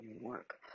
work